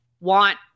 want